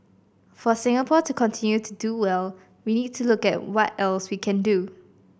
for Singapore to continue to do well we need to look at what else we can do